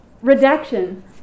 Redaction